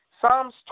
Psalms